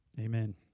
amen